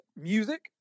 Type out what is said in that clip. music